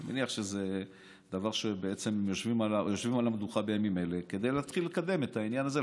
אני מניח שיושבים על המדוכה בימים אלה כדי להתחיל לקדם את העניין הזה,